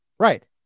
Right